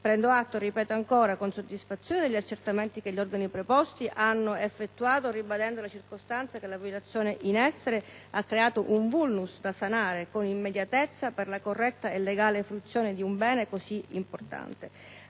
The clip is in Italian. Prendo atto con soddisfazione, ripeto ancora, degli accertamenti che gli organi preposti hanno effettuato, ribadendo la circostanza che la violazione in essere ha creato un *vulnus* da sanare con immediatezza per la corretta e legale fruizione di un bene così importante.